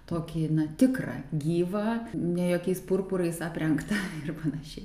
tokį na tikrą gyvą ne jokiais pumpurais aprengta ir panašiai